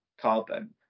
carbon